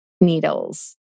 needles